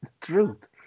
truth